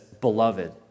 Beloved